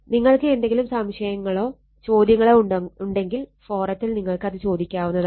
നിങ്ങൾക്ക് എന്തെങ്കിലും സംശയങ്ങളോ ചോദ്യങ്ങളോ ഉണ്ടെങ്കിൽ ഫോറത്തിൽ നിങ്ങൾക്ക് അത് ചോദിക്കാവുന്നതാണ്